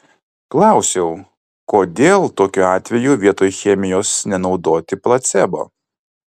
klausiau kodėl tokiu atveju vietoj chemijos nenaudoti placebo